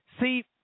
See